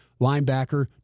linebacker